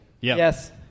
Yes